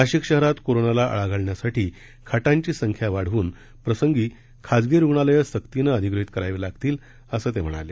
नाशिक शहरात कोरोनाला आळा घालण्यासाठी खाटांची संख्या वाढवून प्रसंगी खासगी रूग्णालयं सक्तीनं अधिग्रहीत करावी लागतील असं ते म्हणाले